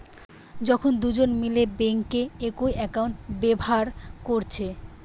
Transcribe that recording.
যখন দুজন মিলে বেঙ্কে একই একাউন্ট ব্যাভার কোরছে